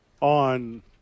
on